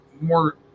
more